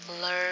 learn